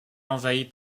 envahie